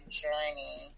journey